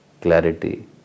clarity